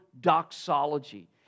doxology